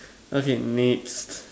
okay next